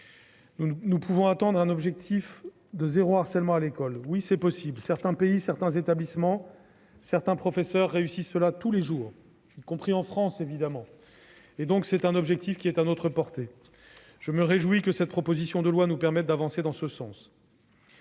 Nous pouvons atteindre un objectif de zéro harcèlement à l'école, c'est possible ! Certains pays, certains établissements, certains professeurs y réussissent chaque jour, y compris en France. Cet objectif est donc à notre portée. Et je me réjouis que cette proposition de loi nous permette d'avancer en ce sens.